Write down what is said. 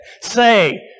Say